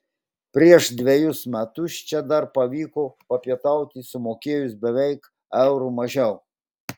prieš dvejus metus čia dar pavyko papietauti sumokėjus beveik euru mažiau